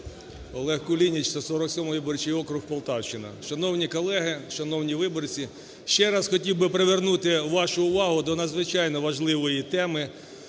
Олег Кулініч, 147 виборчий округ, Полтавщина. Шановні колеги! Шановні виборці! Ще раз хотів би привернути вашу увагу до надзвичайно важливої теми,